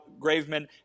Graveman